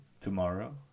tomorrow